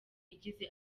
igize